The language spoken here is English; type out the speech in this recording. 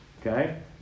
Okay